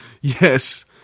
Yes